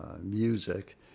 Music